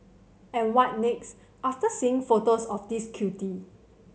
and what next after seeing photos of this cutie